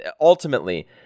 ultimately